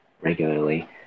regularly